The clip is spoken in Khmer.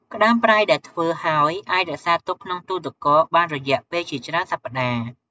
ក្ដាមប្រៃដែលធ្វើហើយ អាចរក្សាទុកក្នុងទូទឹកកកបានរយៈពេលជាច្រើនសប្តាហ៍។